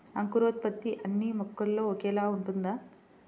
అంకురోత్పత్తి అన్నీ మొక్కలో ఒకేలా ఉంటుందా?